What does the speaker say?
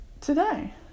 today